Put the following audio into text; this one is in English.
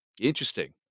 Interesting